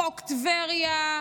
חוק טבריה,